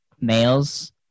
males